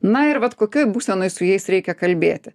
na ir vat kokioj būsenoj su jais reikia kalbėti